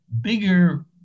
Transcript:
bigger